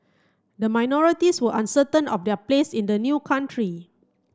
the minorities were uncertain of their place in the new country